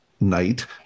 night